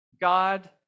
God